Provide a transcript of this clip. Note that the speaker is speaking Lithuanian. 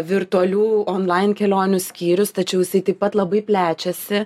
virtualių on lain kelionių skyrius tačiau jisai taip pat labai plečiasi